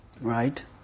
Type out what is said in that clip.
right